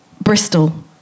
Bristol